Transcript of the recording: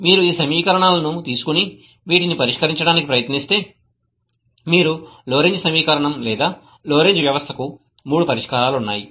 మీరు ఈ సమీకరణాలను తీసుకొని వీటిని పరిష్కరించడానికి ప్రయత్నిస్తే మీరు లోరెంజ్ సమీకరణం లేదా లోరెంజ్ వ్యవస్థకు 3 పరిష్కారాలు ఉన్నాయి